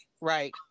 right